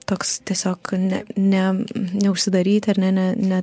toks tiesiog ne ne neužsidaryti ar ne ne ne